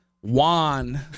Juan